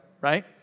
right